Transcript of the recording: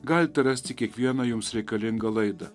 galite rasti kiekvieną jums reikalingą laidą